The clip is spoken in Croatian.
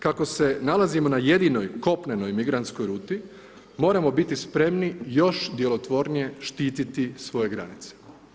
Kako se nalazimo na jedinoj kopnenoj migrantskoj ruti, moramo biti spremni još djelotvornije štititi svoje granice.